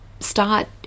start